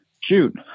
shoot